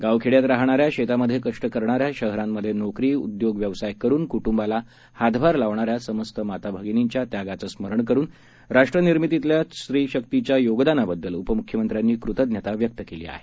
गाव खेड्यात राहणाऱ्या शेतामध्ये कष्ट करणाऱ्या शहरांमध्ये नोकरी उद्योग व्यवसाय करून कुटुंबाला हातभार लावणाऱ्या समस्त माता भगिनींच्या त्यागाचं स्मरण करून राष्ट्रनिर्मितीतल्या स्त्रीशकीच्या योगदानाबद्दल उपमुख्यमंत्र्यांनी कृतज्ञता व्यक्त केली आहे